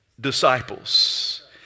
disciples